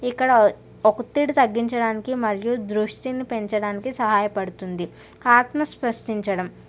ఇక్కడ ఒ ఒత్తిడి తగ్గించడానికి మరియు దృష్టిని పెంచడానికి సహాయపడుతుంది ఆత్మ స్ప్రష్టించడం